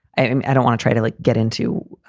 i don't wanna try to like get into